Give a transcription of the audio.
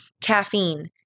caffeine